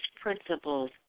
principles